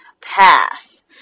path